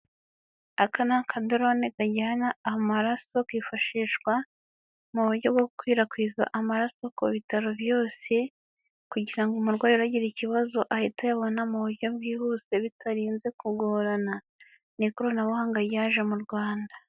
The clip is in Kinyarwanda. Akana ni akadorone kajyana amaraso kifashishwa mu buryo bwo gukwirakwiza amaraso ku bitaro byose kugira ngo umurwayi uragira ikibazo ahite ayabona mu buryo bwihuse bitarinze kugorana. Ni ikoranabuhanga ryaje mu Rwanda.